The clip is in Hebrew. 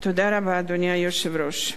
תודה רבה, אדוני היושב-ראש.